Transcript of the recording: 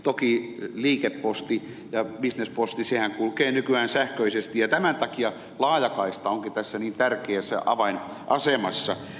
toki liikeposti ja bisnesposti kulkee nykyään sähköisesti ja tämän takia laajakaista onkin tässä niin tärkeässä avainasemassa